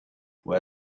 può